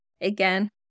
Again